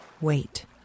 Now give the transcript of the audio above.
wait